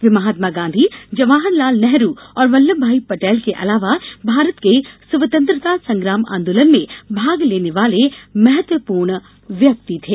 वे महात्मा गांधी जवाहर लाल नेहरू और वल्लभ भाई पटेल के अलावा भारत के स्वतंत्रता संग्राम आन्दोलन में भाग लेने वाले महत्वपूर्ण व्यक्ति थे